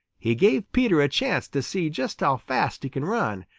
he gave peter a chance to see just how fast he can run,